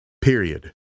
period